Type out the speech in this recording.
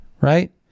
Right